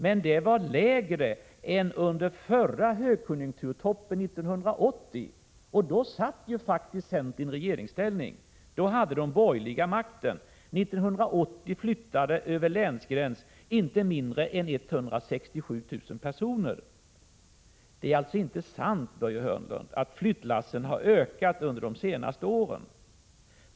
Men det var lägre än under förra högkonjunkturtoppen 1980 — då befann sig centern faktiskt i regeringsställning och de borgerliga hade makten — då inte mindre än 167 000 personer flyttade över länsgräns. Det är alltså inte sant, Börje Hörnlund, att flyttlassen har ökat under de senaste åren.